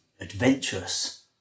adventurous